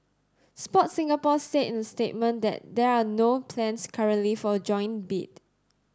Sport Singapore said in a statement that there are no plans currently for a joint bid